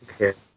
Okay